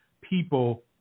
people